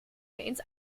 ins